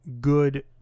good